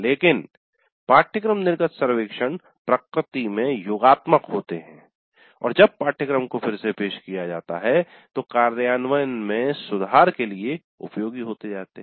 लेकिन पाठ्यक्रम निर्गत सर्वेक्षण प्रकृति में "योगात्मक" होते है और जब पाठ्यक्रम को फिर से पेश किया जाता है तो कार्यान्वयन में सुधार के लिए उपयोगी होते है